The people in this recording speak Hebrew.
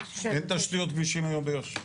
אין תשתיות כבישים היום ביו"ש.